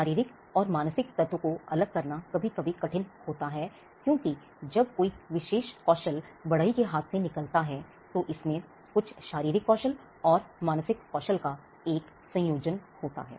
शारीरिक और मानसिक तत्व को अलग करना कभी कभी कठिन होता है क्योंकि जब कोई विशेष कौशल बढ़ई के हाथ से निकलता है तो इसमें कुछ शारीरिक कौशल और मानसिक कौशल का एक संयोजन होता है